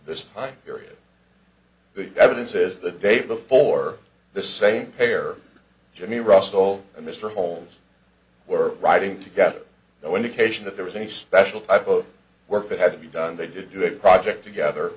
this time period the evidence is the day before the same pair jimmy russell and mr holmes were riding together no indication that there was any special type of work that had to be done they did do a project together